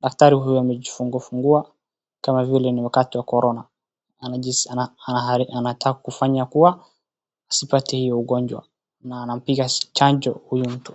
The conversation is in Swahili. Daktari huyo amejifungua fungua kama vile ni wakati wa corona, anataka kufanya kua asipate hiyo ugonjwa na anampiga chanjo huyu mtu.